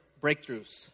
breakthroughs